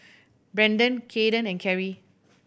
Brendan Kaeden and Carry